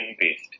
based